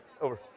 over